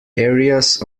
areas